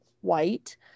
white